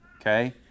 Okay